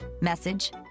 message